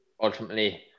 ultimately